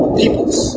peoples